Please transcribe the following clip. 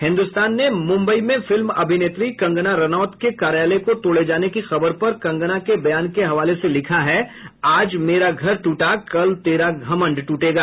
हिन्दुस्तान ने मुम्बई में फिल्म अभिनेत्री कंगना रनौत के कार्यालय को तोड़े जाने की खबर पर कंगना के बयान के हवाले से लिखा है आज मेरा घर टूटा कल तेरा घमंड टूटेगा